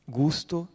gusto